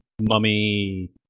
mummy